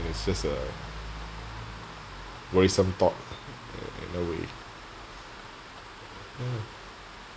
it's just a worrisome thought in a way